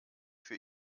für